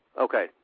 Okay